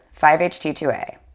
5-HT2A